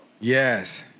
Yes